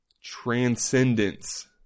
transcendence